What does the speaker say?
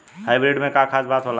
Hybrid में का खास बात होला?